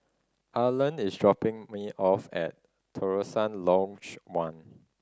Arlan is dropping me off at Terusan Lodge One